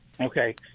Okay